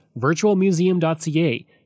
VirtualMuseum.ca